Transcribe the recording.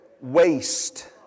Waste